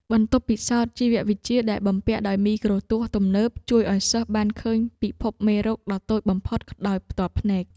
បន្ទប់ពិសោធន៍ជីវវិទ្យាដែលបំពាក់ដោយមីក្រូទស្សន៍ទំនើបជួយឱ្យសិស្សបានឃើញពិភពមេរោគដ៏តូចបំផុតដោយផ្ទាល់ភ្នែក។